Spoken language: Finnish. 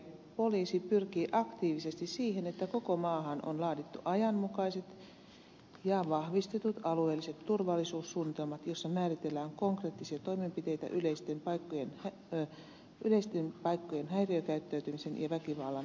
poliisi pyrkii aktiivisesti siihen että koko maahan on laadittu ajanmukaiset ja vahvistetut alueelliset turvallisuussuunnitelmat joissa määritellään konkreettisia toimenpiteitä yleisten paikkojen häiriökäyttäytymisen ja väkivallan vähentämiseksi